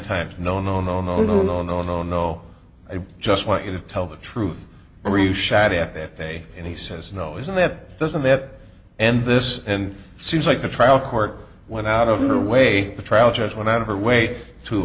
times no no no no no no no no no i just want you to tell the truth and reshad day and he says no isn't that doesn't that and this and seems like the trial court went out of the way the trial judge went out of her way to